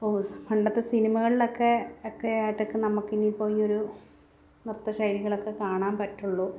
ഇപ്പോൾ പണ്ടത്തെ സിനിമകളിലൊക്കെ ഒക്കെ ആയിട്ടൊക്കെ നമുക്ക് ഇനിയിപ്പോൾ ഈയൊരു നൃത്തശൈലികളൊക്കെ കാണാൻ പറ്റുള്ളൂ